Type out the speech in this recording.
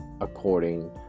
according